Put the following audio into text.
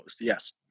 yes